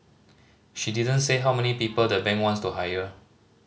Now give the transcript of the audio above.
she didn't say how many people the bank wants to hire